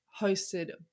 hosted